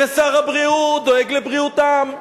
ושר הבריאות דואג לבריאותם,